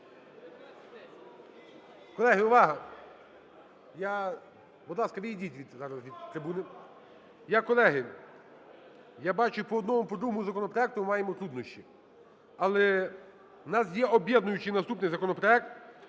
колеги, я бачу по одному і по другому законопроекту ми маємо труднощі. Але в нас є об'єднуючий наступний законопроект